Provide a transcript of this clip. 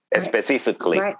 specifically